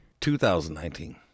2019